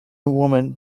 woman